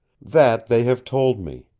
that they have told me.